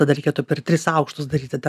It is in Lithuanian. tada reikėtų per tris aukštus daryti tą